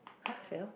!huh! fail